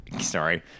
Sorry